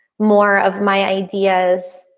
more of my ideas.